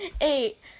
eight